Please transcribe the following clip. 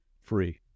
free